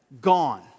gone